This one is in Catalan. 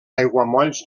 aiguamolls